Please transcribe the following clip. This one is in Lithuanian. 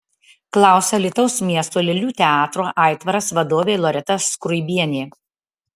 klausia alytaus miesto lėlių teatro aitvaras vadovė loreta skruibienė